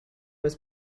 was